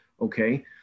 Okay